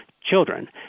children